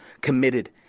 committed